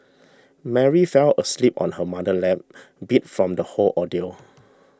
Mary fell asleep on her mother's lap beat from the whole ordeal